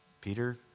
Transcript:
Peter